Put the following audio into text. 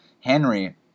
Henry